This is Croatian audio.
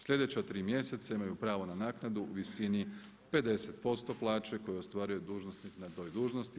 Sljedeća tri mjeseca imaju pravo na naknadu u visini 50% plaće koju ostvaruje dužnosnik na toj dužnosti.